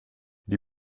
die